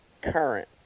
current